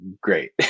great